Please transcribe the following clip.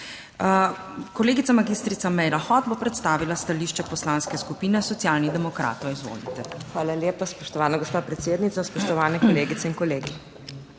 Kolegica magistrica Meira Hot bo predstavila stališče Poslanske skupine Socialnih demokratov, izvolite. MAG. MEIRA HOT (PS SD): Hvala lepa, spoštovana gospa predsednica. Spoštovane kolegice in kolegi.